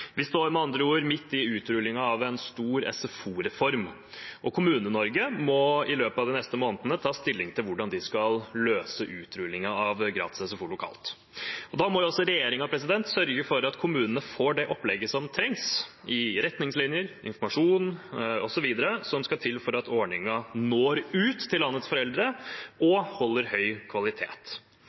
Vi står med andre ord midt i utrullingen av en stor SFO-reform, og Kommune-Norge må i løpet av de neste månedene ta stilling til hvordan de skal løse utrullingen av gratis SFO lokalt. Da må også regjeringen sørge for at kommunene får det opplegget som trengs i retningslinjer og informasjon osv., og som skal til for at ordningen når ut til landets foreldre og holder høy kvalitet.